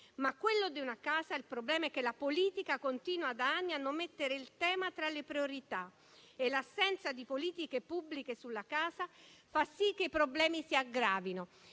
reddito. Ma il problema è che la politica continua da anni a non mettere il tema tra le priorità e l'assenza di politiche pubbliche sulla casa fa sì che i problemi si aggravino.